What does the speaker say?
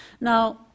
Now